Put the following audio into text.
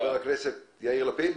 חבר הכנסת יאיר לפיד,